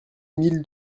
mille